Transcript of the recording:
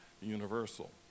universal